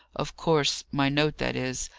of course, my note, that is,